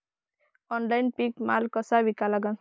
Online पीक माल कसा विका लागन?